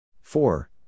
four